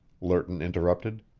lerton interrupted.